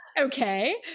Okay